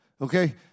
Okay